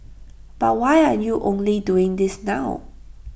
but why are you only doing this now